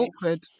awkward